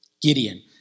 Gideon